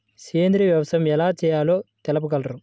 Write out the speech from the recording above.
సేంద్రీయ వ్యవసాయం ఎలా చేయాలో తెలుపగలరు?